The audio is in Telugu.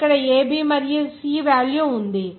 ఇక్కడ a b మరియు c వేల్యూ ఉంది